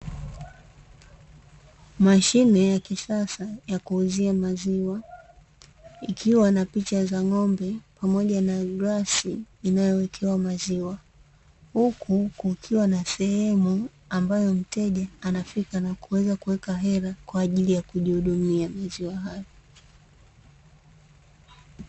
Mashine ya kisasa ya kuuzia maziwa, ikiwa na picha za ng'ombe pamoja na glasi inayowekewa maziwa. Huku kukiwa na sehemu ambayo mteja anafika na kuweza kuweka hela, kwa ajili ya kujihudumia maziwa hayo.